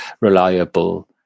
reliable